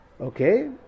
Okay